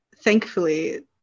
thankfully